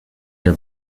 der